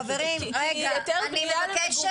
חברים, רגע, אני מבקשת.